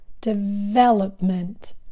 Development